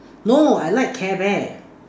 no I like carebear